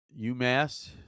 UMass